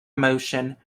motion